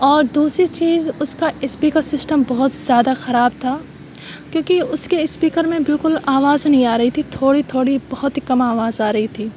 اور دوسری چیز اس کا اسپیکر سسٹم بہت زیادہ خراب تھا کیونکہ اس کے اسپیکر میں بالکل آواز نہیں آ رہی تھی تھوڑی تھوڑی بہت ہی کم آواز آ رہی تھی